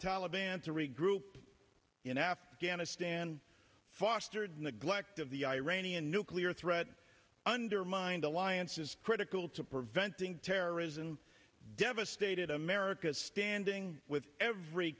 taliban to regroup in afghanistan fostered neglect of the iranian nuclear threat undermined alliances critical to preventing terrorism devastated america's standing with every